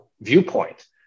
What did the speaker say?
viewpoint